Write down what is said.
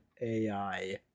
ai